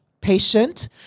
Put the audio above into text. patient